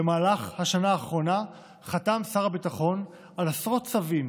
במהלך השנה האחרונה חתם שר הביטחון על עשרות צווים